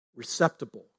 receptible